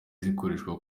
zikoreshwa